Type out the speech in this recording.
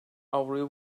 avroyu